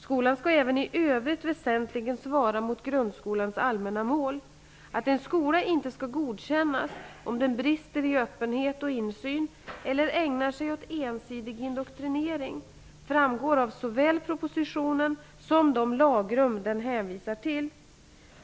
Skolan skall även i övrigt väsentligen svara mot grundskolans allmänna mål. Att en skola inte skall godkännas om den brister i öppenhet och insyn eller ägnar sig åt ensidig indoktrinering framgår av såväl propositionen som de lagrum den hänvisar till.